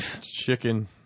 chicken